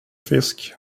fisk